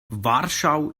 warschau